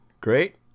great